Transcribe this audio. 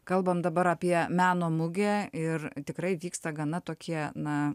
kalbam dabar apie meno mugę ir tikrai vyksta gana tokie na